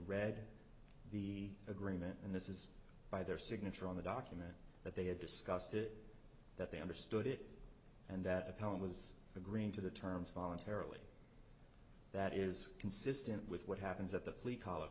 read the agreement and this is by their signature on the document that they had discussed it that they understood it and that appellant was agreeing to the terms voluntarily that is consistent with what happens at the plea coll